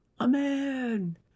amen